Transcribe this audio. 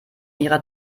ihrer